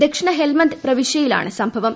ദക്ഷിണ ഹെൽമന്ദ് പ്രവിശൃയിലാണ് സംഭവം